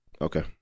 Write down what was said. Okay